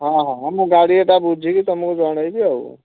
ହଁ ହଁ ହଁ ମୁଁ ଗାଡ଼ି କଥା ବୁଝିକି ତୁମକୁ ଜଣାଇବି ଆଉ